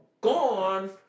gone